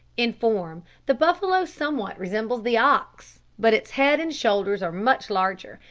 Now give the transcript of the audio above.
in form the buffalo somewhat resembles the ox, but its head and shoulders are much larger,